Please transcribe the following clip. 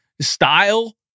style